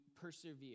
persevere